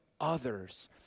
others